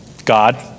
God